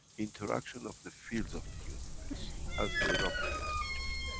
interaction of the fields of the universe as they rub against each other.